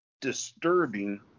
disturbing